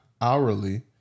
hourly